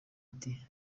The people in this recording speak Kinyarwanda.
ati